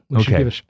okay